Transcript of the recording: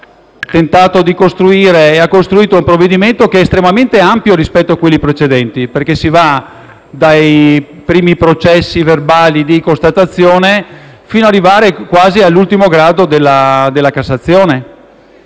la *ratio* su cui è stato costruito il provvedimento, che è estremamente ampio rispetto ai precedenti: si va dai primi processi verbali di constatazione, fino ad arrivare all'ultimo grado della Cassazione.